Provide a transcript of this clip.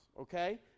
okay